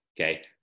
okay